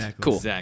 Cool